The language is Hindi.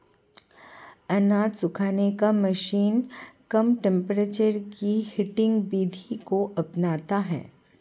अनाज सुखाने की मशीन कम टेंपरेचर की हीटिंग विधि को अपनाता है